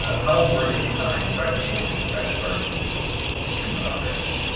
ah how old where you at the time right before you guys started doing the huckberry thing?